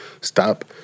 stop